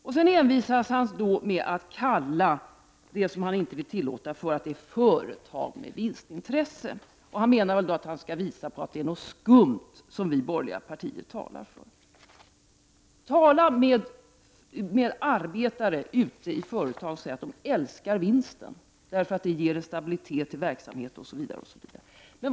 Han envisas med att kalla det som han inte vill tillåta för företag med vinst intresse. Han menar då att han skall visa att det är något skumt vi borgerliga partier talar för. Tala med arbetare ute i företagen! De älskar vinsten, för den ger stabilitet i verksamheten.